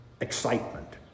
excitement